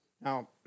Now